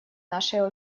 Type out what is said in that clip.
нашей